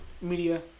media